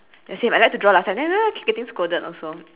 ya same I like to draw last time keep getting scolded also